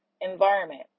environment